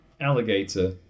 alligator